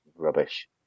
rubbish